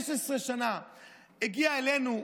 הגיעה אלינו,